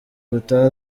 gutaha